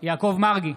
יעקב מרגי,